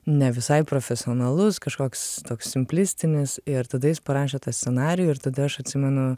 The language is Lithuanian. ne visai profesionalus kažkoks toks simplistinis ir tada jis parašė tą scenarijų ir tada aš atsimenu